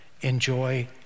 enjoy